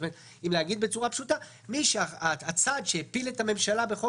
אם להגיד בצורה פשוטה: הצד שהפיל את הממשלה בחוק